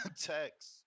text